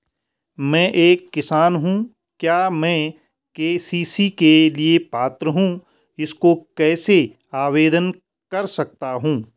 मैं एक किसान हूँ क्या मैं के.सी.सी के लिए पात्र हूँ इसको कैसे आवेदन कर सकता हूँ?